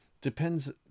depends